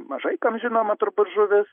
mažai kam žinoma turbūt žuvis